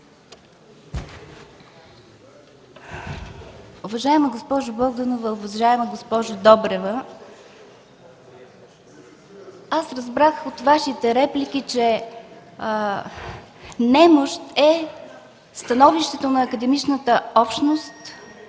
немощ е становището на академичната общност